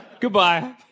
Goodbye